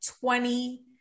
twenty